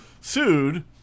sued